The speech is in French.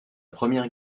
première